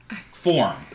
form